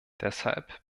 deshalb